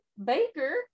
Baker